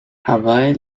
hawaï